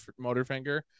Motorfinger